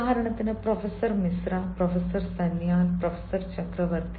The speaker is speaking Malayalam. ഉദാഹരണത്തിന് professor Mishra professor Sanyal professor ചക്രവർത്തി